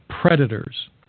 predators